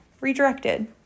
redirected